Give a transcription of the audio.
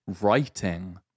writing